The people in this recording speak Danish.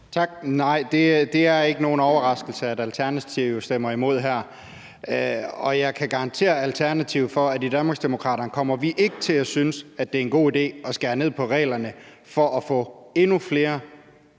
Tak. Nej, det er ikke nogen overraskelse, at Alternativet stemmer imod her. Og jeg kan garantere Alternativet for, at i Danmarksdemokraterne kommer vi ikke til at synes, at det er en god idé at skære ned på reglerne for at få endnu flere